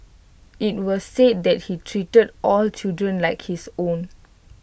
IT was said that he treated all children like his own